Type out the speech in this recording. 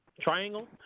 Triangle